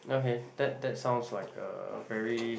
okay that that sounds like a very